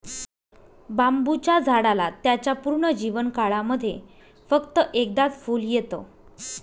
बांबुच्या झाडाला त्याच्या पूर्ण जीवन काळामध्ये फक्त एकदाच फुल येत